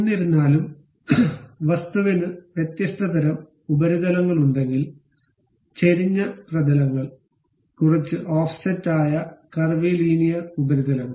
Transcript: എന്നിരുന്നാലും വസ്തുവിന് വ്യത്യസ്ത തരം ഉപരിതലങ്ങളുണ്ടെങ്കിൽ ചെരിഞ്ഞ പ്രതലങ്ങൾ കുറച്ച് ഓഫ്സെറ്റ് ആയ കർവിലീനിയർ ഉപരിതലങ്ങൾ